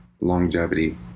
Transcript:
longevity